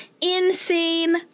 insane